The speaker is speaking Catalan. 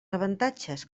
avantatges